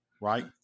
Right